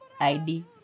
ID